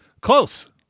Close